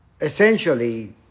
essentially